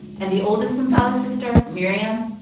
and the oldest gonzalez sister, miriam,